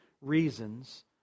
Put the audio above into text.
reasons